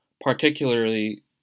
particularly